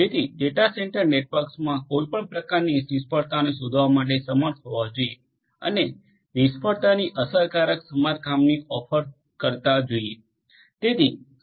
જેથી data centre networks કોઈપણ પ્રકારની નિષ્ફળતાને શોધવા માટે સમર્થ હોવા જોઈએ અને નિષ્ફળતાની અસરકારક સમારકામની ઓફર કરતા જોઈએ